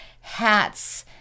hats